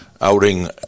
outing